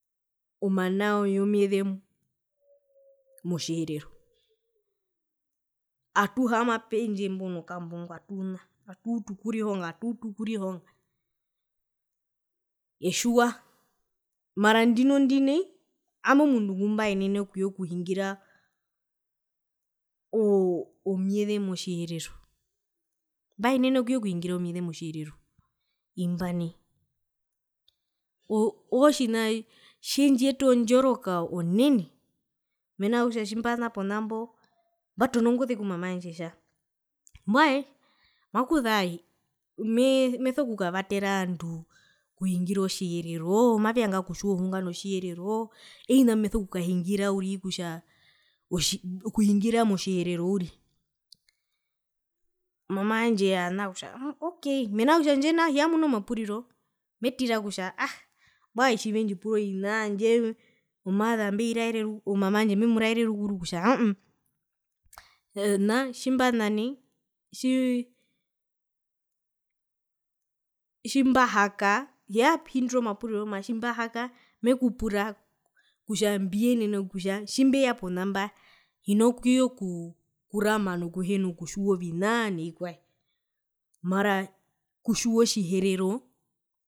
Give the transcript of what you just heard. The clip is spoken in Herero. Omana yomyeze motjiherero atuhaama pendje mbo nokambo ngo atuna atuutu okurihonga atuutu okurihonga etjiwa mara ndinondi nai ami omundu ngumbaenene okuyekuhingira oo omyeze motjiherero mbwaenene okuyekuhingira omyeze motjiherero imba nai oo oo otjinaa tjendjiyeta ondjoroka onene mena rokutja tjimbana ponambo mbatono ngoze ku mama wandje etja mbwae makuza me meso kukavatera ovandu okuhingira otjihereroo mavevanga okutjiwa ohunga notjiherero ovina mbimeso kukahingira kutja okuhingira motjiherero uri mama wandje ana mena kutja handje nao hiyamuna omapuriro metira kutja ag mbwae tjivendjipura ovinaa handje omother mbei raere ruku mama wandje mbemuraere rukuru ktja aa haa ona tji tji tjimbahaka tjiyahindirwa omapuriro mara tjimbahaka mekupura kutja mbiyenene kutja tjimbeya pona mba hino kuye kuu kukurama nokuhena kutjiwa ovinaa novikwae mara okutjiwa otjiherero